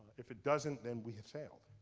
if it doesn't, then we have failed.